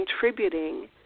contributing